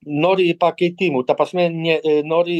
nori ji pakitimų ta prasme ne nori